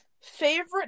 Favorite